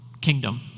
kingdom